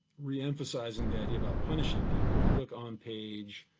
reemphasizing the idea about punishing people, if you look on page,